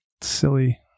silly